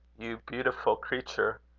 you beautiful creature!